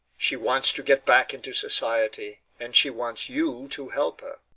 she wants to get back into society, and she wants you to help her.